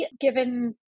given